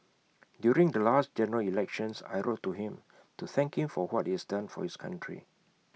during the last general elections I wrote to him to thank him for what he has done for this country